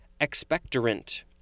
expectorant